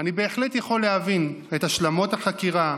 אני בהחלט יכול להבין את השלמות החקירה,